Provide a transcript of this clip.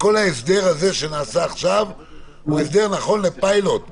שכל ההסדר שנעשה עכשיו הוא הסדר שנכון לפיילוט מסוים,